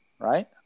Right